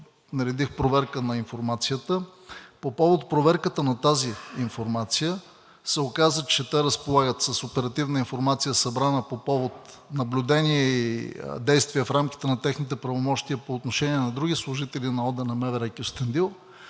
Наредих проверка на информацията. По повод проверката на тази информация се оказа, че те разполагат с оперативна информация, събрана по повод наблюдения и действия в рамките на техните правомощия по отношение на други служители на ОД на МВР – Кюстендил,